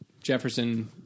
Jefferson